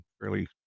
fairly